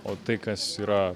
o tai kas yra